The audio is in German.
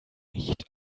nicht